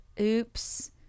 Oops